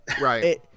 Right